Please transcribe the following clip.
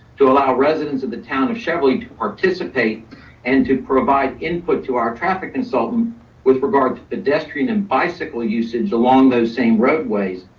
to allow residents of the town of cheverly to participate and to provide input to our traffic consultant with regard to pedestrian and bicycle usage along those same roadways.